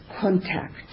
contact